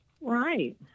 Right